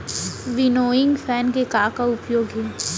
Winnowing fan के का का उपयोग हे?